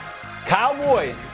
Cowboys